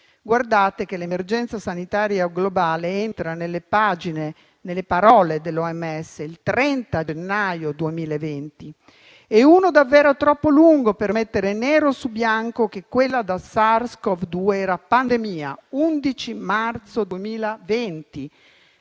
Guardate che l'emergenza sanitaria globale entra nelle parole dell'OMS il 30 gennaio 2020, un tempo davvero troppo lungo per mettere nero su bianco che quella da SARS-CoV-2 era pandemia, 11 marzo 2020.